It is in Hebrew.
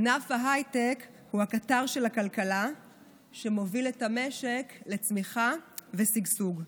ענף ההייטק הוא הקטר של הכלכלה שמוביל את המשק לצמיחה ושגשוג.